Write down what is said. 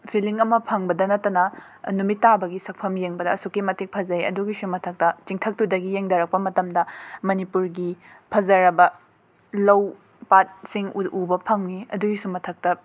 feeling ꯑꯃ ꯐꯪꯕꯗ ꯅꯠꯇꯅ ꯅꯨꯃꯤꯠ ꯇꯥꯕꯒꯤ ꯁꯛꯐꯝ ꯌꯦꯡꯕꯗ ꯑꯁꯨꯛꯀꯤ ꯃꯇꯤꯛ ꯐꯖꯩ ꯑꯗꯨꯒꯤꯁꯨ ꯃꯊꯛꯇ ꯆꯤꯡꯊꯛꯇꯨꯗꯒꯤ ꯌꯦꯡꯗꯔꯛꯄ ꯃꯇꯝꯗ ꯃꯅꯤꯄꯨꯔꯒꯤ ꯐꯖꯔꯕ ꯂꯧ ꯄꯥꯠꯁꯤꯡ ꯎꯕ ꯐꯪꯏ ꯑꯗꯨꯒꯤꯁꯨ ꯃꯊꯛꯇ